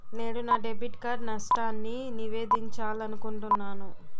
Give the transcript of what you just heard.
నేను నా debit card నష్టాన్ని నివేదించాలనుకుంటున్నాను